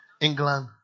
England